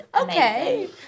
okay